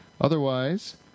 Otherwise